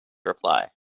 reply